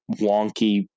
wonky